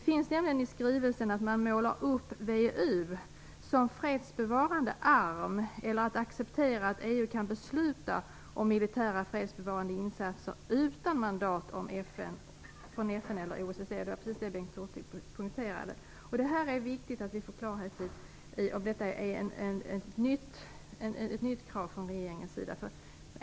I skrivelsen målar man nämligen upp VEU som en fredsbevarande arm och accepterar att EU kan besluta om militära fredsbevarande insatser utan mandat av FN eller OSSE. Det var precis detta som Bengt Hurtig poängterade. Här är det viktigt att vi får klarhet i om detta är ett nytt krav från regeringens sida.